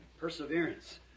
perseverance